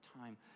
time